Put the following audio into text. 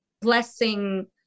blessing